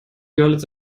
görlitz